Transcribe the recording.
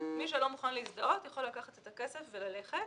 מי שלא מוכן להזדהות יכול לקחת את הכסף וללכת.